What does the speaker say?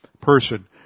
person